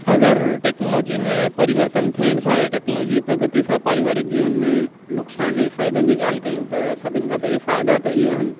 अगरि टेक्नोलॉजी में परिवर्तन थिअण सां या टेक्नोलॉजी प्रगति सां पारिवारिक जीवन में नुक़सानु ऐं फ़ाइदनि जी ॻाल्हि कयूं त सभिनी खां पहिरीं फ़ाइदा त इअं आहिनि